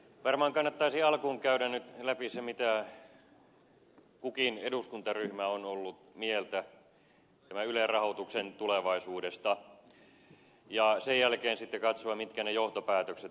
varmaan kannattaisi alkuun käydä nyt läpi se mitä kukin eduskuntaryhmä on ollut mieltä ylen rahoituksen tulevaisuudesta ja sen jälkeen sitten katsoa mitkä ne johtopäätökset ovat